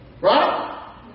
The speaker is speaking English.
Right